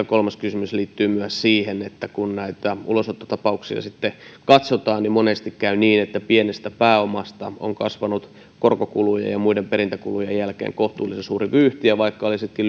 kolmas kysymys liittyy siihen että kun näitä ulosottotapauksia sitten katsotaan niin monesti käy niin että pienestä pääomasta on kasvanut korkokulujen ja muiden perintäkulujen jälkeen kohtuullisen suuri vyyhti ja vaikka olisitkin